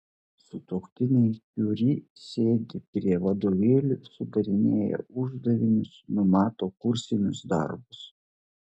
sutuoktiniai kiuri sėdi prie vadovėlių sudarinėja uždavinius numato kursinius darbus